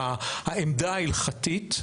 העמדה ההלכתית?